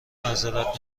معذرت